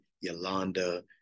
Yolanda